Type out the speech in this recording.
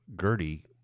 Gertie